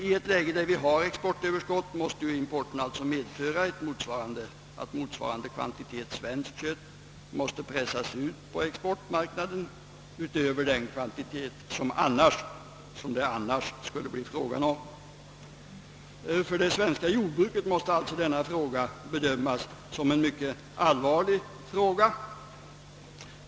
I ett läge där vi har exportöverskott måste importen medföra att motsvarande kvantitet svenskt kött skall pressas ut på exportmarknaden utöver den kvantitet som det annars skulle bli fråga om. För det svenska jordbruket måste alltså denna sak bedömas som mycket allvarlig.